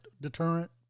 deterrent